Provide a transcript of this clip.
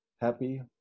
happy